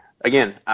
again